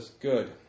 good